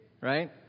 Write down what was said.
right